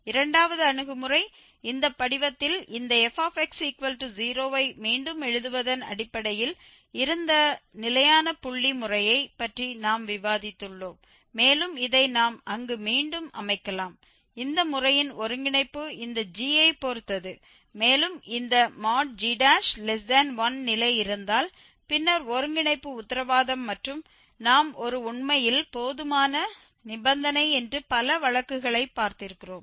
இரண்டாவது அணுகுமுறை இந்த படிவத்தில் இந்த fx0ஐ மீண்டும் எழுதுவதன் அடிப்படையில் இருந்த நிலையான புள்ளி முறையை ப்பற்றி நாம் விவாதித்துள்ளோம் மேலும் இதை நாம் அங்கு மீண்டும் அமைக்கலாம் இந்த முறையின் ஒருங்கிணைப்பு இந்த g யைப் பொறுத்தது மேலும் இந்த |g|1 நிலை இருந்தால் பின்னர் ஒருங்கிணைப்பு உத்தரவாதம் மற்றும் நாம் ஒரு உண்மையில் போதுமான நிபந்தனை என்று பல வழக்குகளை பார்த்திருக்கிறோம்